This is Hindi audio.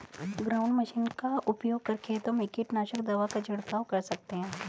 ग्राउंड मशीन का उपयोग कर खेतों में कीटनाशक दवा का झिड़काव कर सकते है